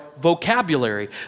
vocabulary